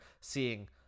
seeing